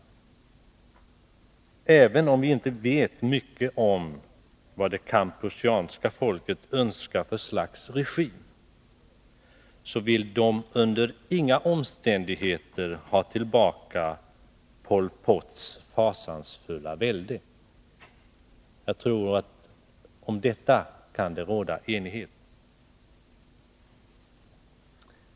Även om vi inte vet mycket om vad det kampucheanska folket önskar för slags regim, tror jag att vi kan vara överens om att människorna där under inga omständigheter vill ha tillbaka Pol Pots fasansfulla välde.